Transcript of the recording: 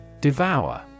Devour